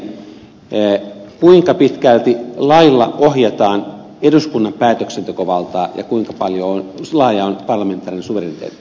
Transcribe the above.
zyskowicz nostaa esille kuinka pitkälti lailla ohjataan eduskunnan päätöksentekovaltaa ja kuinka laaja on parlamentaarinen suvereniteetti